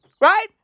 Right